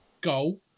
goal